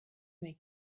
make